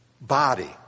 body